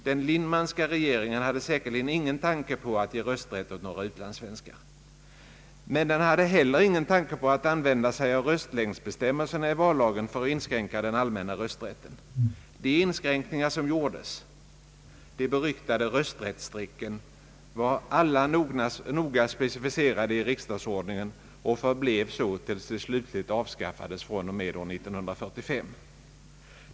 Den Lindmanska regeringen hade säkerligen ingen tanke på att ge rösträtt åt några utlandssvenskar, men den hade heller ingen tanke på att använda sig av röstlängdsbestämmelserna i vallagen för att inskränka den allmänna rösträtten. De inskränkningar som gjordes — de beryktade rösträttsstrecken — var alla noga specificerade i riksdagsordningen och förblev så tills de slutligt avskaffades från och med 1945.